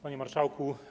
Panie Marszałku!